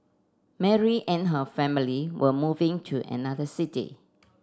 Mary and her family were moving to another city